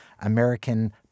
American